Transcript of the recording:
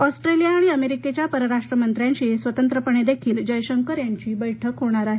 Australia आणि अमेरिकेच्या परराष्ट्र मंत्र्यांशी स्वतंत्रपणे देखील जयशंकर यांची बैठक होणार आहे